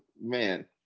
Man